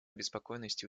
обеспокоенности